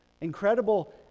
incredible